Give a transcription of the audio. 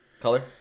Color